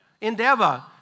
endeavor